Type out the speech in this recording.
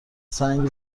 سنگ